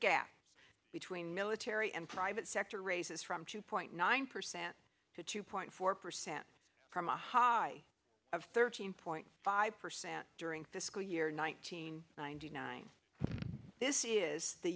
gap between military and private sector raises from two point nine percent to two point four percent from a high of thirteen point five percent during fiscal year nineteen ninety nine this is the